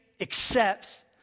accepts